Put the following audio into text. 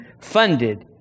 funded